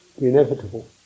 inevitable